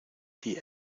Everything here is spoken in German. die